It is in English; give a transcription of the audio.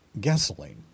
gasoline